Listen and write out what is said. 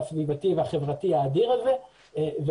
הסביבתי והחברתי האדיר הזה .